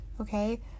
okay